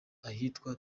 ahitwa